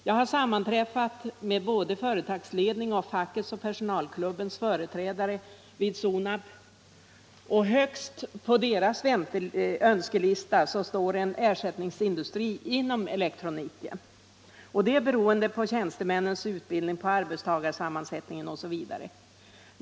Jag har sammanträffat både med företagsledning och med fackets och personalklubbens företrädare vid Sonab. Högst på deras önskelista står en ersättningsindustri inom elektroniken, vilket är beroende på tjäns temännens utbildning, arbetstagarsammansättning osv.